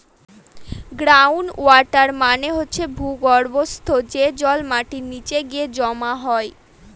ground water মানে হচ্ছে ভূর্গভস্ত, যে জল মাটির নিচে গিয়ে জমা হয়